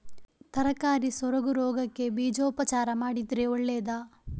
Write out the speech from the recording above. ತರಕಾರಿ ಸೊರಗು ರೋಗಕ್ಕೆ ಬೀಜೋಪಚಾರ ಮಾಡಿದ್ರೆ ಒಳ್ಳೆದಾ?